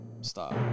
Stop